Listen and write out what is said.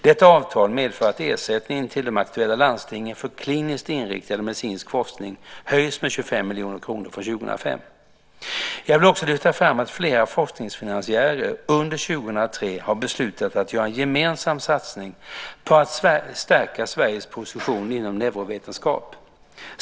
Detta avtal medför att ersättningen till de aktuella landstingen för kliniskt inriktad medicinsk forskning höjs med 25 miljoner kronor från 2005. Jag vill också lyfta fram att flera forskningsfinansiärer under 2003 har beslutat att göra en gemensam satsning för att stärka Sveriges position inom neurovetenskap.